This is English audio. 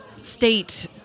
state